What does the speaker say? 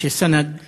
שסנד